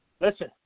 Listen